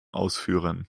ausführen